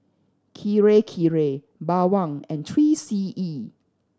Kirei Kirei Bawang and Three C E